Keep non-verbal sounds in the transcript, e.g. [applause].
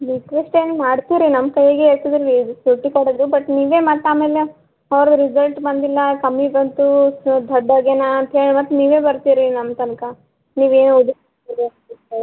request ಏನು ಮಾಡ್ತೀರಿ ನಮ್ಮ ಕೈಯಾಗೆ [unintelligible] ಛುಟ್ಟಿ ಕೊಡೋದು ಬಟ್ ನೀವೇ ಮತ್ತೆ ಆಮೇಲೆ ಅವ್ರದು ರಿಸಲ್ಟ್ ಬಂದಿಲ್ಲ ಕಮ್ಮಿ ಬಂತು ಸೊ ದಡ್ಡ ಆಗ್ಯಾನೆ ಅಂತ ಹೇಳಿ ಮತ್ತೆ ನೀವೇ ಬರ್ತೀರಿ ನಮ್ಮ ತನಕ ನೀವು ಏನು [unintelligible]